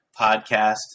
podcast